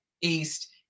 east